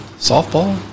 softball